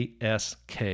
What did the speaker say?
ask